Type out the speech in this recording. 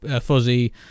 fuzzy